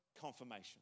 confirmation